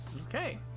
Okay